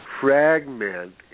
fragment